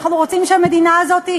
אנחנו רוצים שמדינה הזאת,